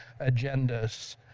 agendas